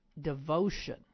devotion